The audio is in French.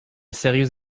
sérieux